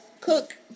cook